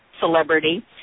celebrity